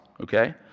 Okay